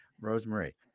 Rosemary